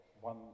one